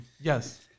Yes